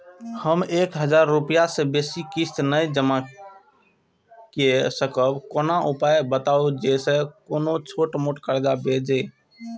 हम एक हजार रूपया से बेसी किस्त नय जमा के सकबे कोनो उपाय बताबु जै से कोनो छोट मोट कर्जा भे जै?